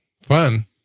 Fun